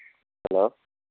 hello